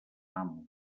amo